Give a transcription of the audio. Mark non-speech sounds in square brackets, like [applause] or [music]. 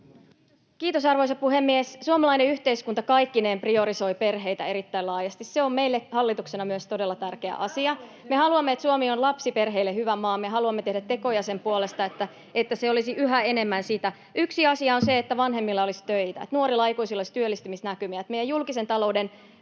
Kiitos, arvoisa puhemies! Suomalainen yhteiskunta kaikkineen priorisoi perheitä erittäin laajasti. Se on meille hallituksena myös todella tärkeä asia. [noise] Me haluamme, että Suomi on lapsiperheille hyvä maa, ja me haluamme tehdä tekoja sen puolesta, että se olisi yhä enemmän sitä. Yksi asia on se, että vanhemmilla olisi töitä, että nuorilla aikuisilla olisi työllistymisnäkymiä, ja että meidän julkisen talouden